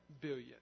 billion